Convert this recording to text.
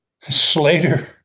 Slater